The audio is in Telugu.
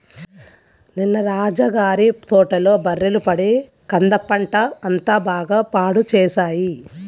నిన్న రాజా గారి తోటలో బర్రెలు పడి కంద పంట అంతా బాగా పాడు చేశాయి